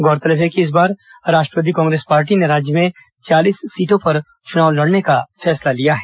गौरतलब है कि इस बार राष्ट्रवादी कांग्रेस पार्टी ने राज्य में चालीस सीटों पर चुनाव लड़ने का फैसला लिया है